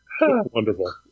wonderful